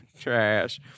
Trash